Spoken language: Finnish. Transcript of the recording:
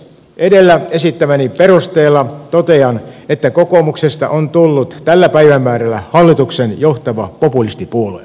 edellä esittämäni perusteella totean että kokoomuksesta on tullut tällä päivämäärällä hallituksen johtava populistipuolue